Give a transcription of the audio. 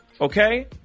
okay